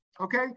Okay